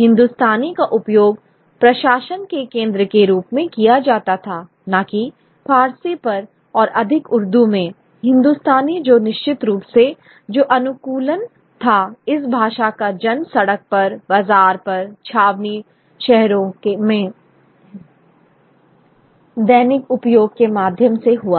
हिंदुस्तानी का उपयोग प्रशासन के केंद्र के रूप में किया जाता था न कि फ़ारसी पर और अधिक उर्दू में हिंदुस्तानी जो निश्चित रूप से जो अनुकूलन था इस भाषा का जन्म सड़क पर बाज़ार में छावनी शहरों में दैनिक उपयोग के माध्यम से हुआ था